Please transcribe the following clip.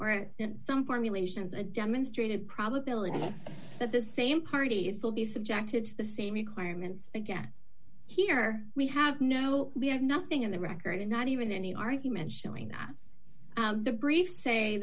at some formulations a demonstrated probability that the same party is will be subjected to the same requirements again here we have no we have nothing in the record and not even any argument showing that the briefs say